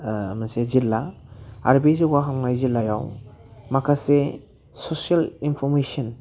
मोनसे जिल्ला आरो बे जौगाहांनाय जिल्लायाव माखासे ससियेल इनफरमेसन